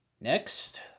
Next